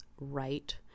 right